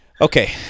Okay